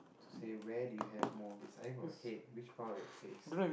to say where do you have mole starting from head which part of your face